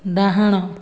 ଡାହାଣ